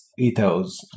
ethos